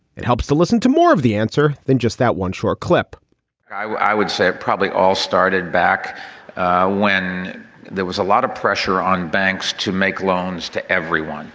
it helps to listen to more of the answer than just that one short clip i would i would say it probably all started back when there was a lot of pressure on banks to make loans to everyone